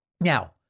now